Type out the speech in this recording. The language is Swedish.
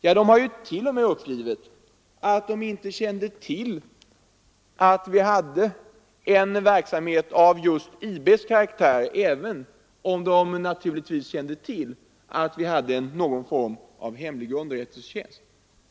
Ja, de har t.o.m. uppgivit att de inte kände till IB:s karaktär, även om de naturligtvis visste att vi hade någon form av hemlig underrättelsetjänst.